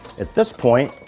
at this point,